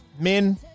Men